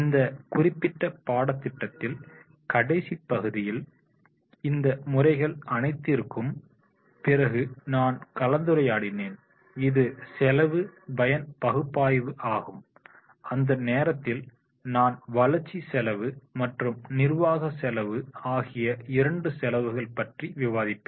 இந்த குறிப்பிட்ட பாடத்திட்டத்தில் கடைசிப் பகுதியில் இந்த முறைகள் அனைத்திற்கும் பிறகு நான் கலந்துரையாடினேன் இது செலவு பயன் பகுப்பாய்வு ஆகும் அந்த நேரத்தில் நான்வளர்ச்சி செலவு மற்றும் நிர்வாகச் செலவு ஆகிய இரண்டு செலவுகள் பற்றியும் விவாதிப்பேன்